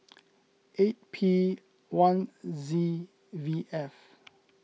eight P one Z V F